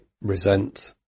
resent